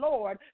Lord